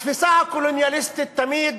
התפיסה הקולוניאליסטית תמיד